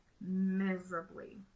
miserably